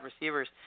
receivers